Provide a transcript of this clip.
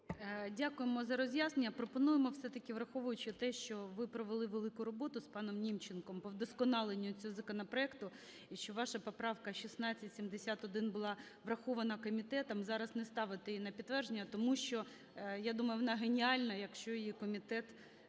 Дякуємо за роз'яснення. Пропонуємо все-таки, враховуючи те, що ви провели велику роботу з паномНімченком по вдосконаленню цього законопроекту, що ваша поправка 1671 була врахована комітетом, зараз не ставити її на підтвердження, тому що, я думаю, вона геніальна, якщо її комітет